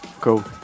Cool